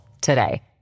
today